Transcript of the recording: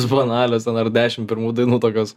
banalios ten ar dešim pirmų dainų tokios